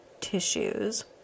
tissues